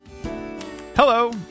Hello